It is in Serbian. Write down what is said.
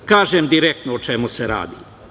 Da kažem direktno o čemu se radi.